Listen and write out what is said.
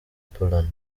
poland